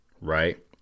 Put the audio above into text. Right